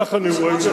כך אני רואה,